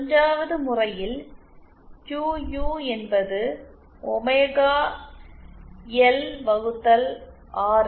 1 வது முறையில் க்கியூ என்பது ஒமேகா எல் வகுத்தல் ஆர்